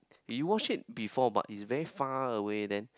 you watch before but it's very far away then